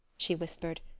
she whispered,